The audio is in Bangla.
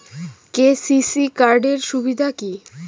কে.সি.সি কার্ড এর সুবিধা কি?